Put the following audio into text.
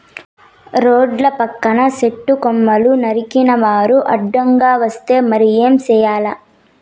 రోడ్ల పక్కన సెట్టు కొమ్మలు నరికినారు అడ్డంగా వస్తే మరి ఏం చేయాల